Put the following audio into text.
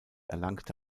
erlangte